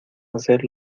hacer